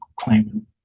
claiming